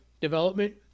development